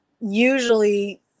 usually